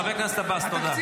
חבר הכנסת עבאס, תודה.